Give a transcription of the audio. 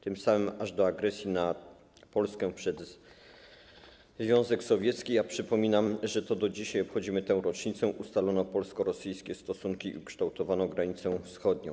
Tym samym aż do agresji na Polskę przez Związek Sowiecki - przypominam, że do dzisiaj obchodzimy tę rocznicę - ustalono polsko-rosyjskie stosunki, ukształtowano granicę wschodnią.